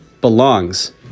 belongs